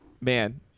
Man